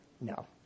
No